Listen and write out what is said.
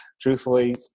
truthfully